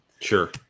Sure